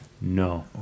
No